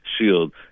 shield